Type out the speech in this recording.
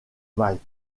malte